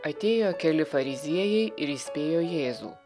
atėjo keli fariziejai ir įspėjo jėzų